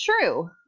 true